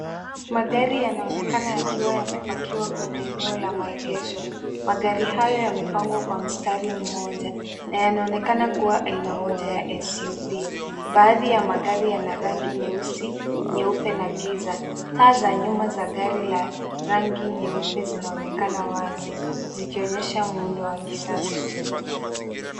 Magari yanaonekana yakiwa yamepakiwa kwenye eneo la maegesho. Magari hayo yamepangwa kwa mstari mmoja na yanaonekana kuwa aina moja ya SUV baadhi ya magari yana rangi nyeusi, nyeupe, na giza, taa za nyuma la rangi nyeupe zinaonekana wazi zikionyesha muundo wa kisasa.